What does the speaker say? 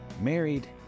married